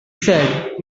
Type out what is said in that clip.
said